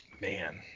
Man